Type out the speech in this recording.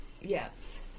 Yes